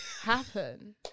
happen